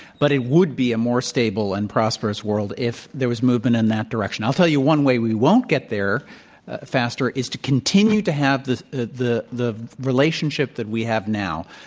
but it would be a more stable and prosperous world if there was movement in that direction. i'll tell you one way we won't get there faster is to continue to have the the relationship that we have now,